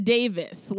Davis